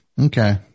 Okay